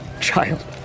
child